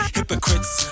Hypocrites